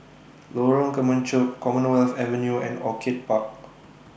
Lorong Kemunchup Commonwealth Avenue and Orchid Park